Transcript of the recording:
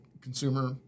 consumer